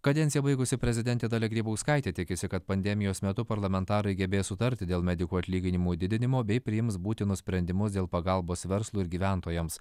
kadenciją baigusi prezidentė dalia grybauskaitė tikisi kad pandemijos metu parlamentarai gebės sutarti dėl medikų atlyginimų didinimo bei priims būtinus sprendimus dėl pagalbos verslui ir gyventojams